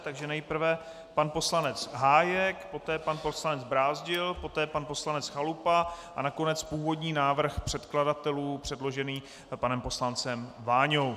Takže nejprve pan poslanec Hájek, poté pan poslanec Brázdil, poté pan poslanec Chalupa a nakonec původní návrh předkladatelů předložený panem poslancem Váňou.